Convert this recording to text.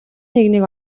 нэгнийг